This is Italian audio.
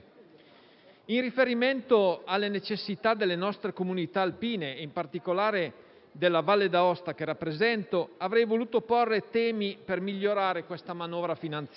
In riferimento alle necessità delle nostre comunità alpine, in particolare della Valle d'Aosta, che rappresento, avrei voluto porre temi per migliorare questa manovra finanziaria.